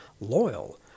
Loyal